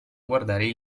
guardare